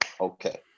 okay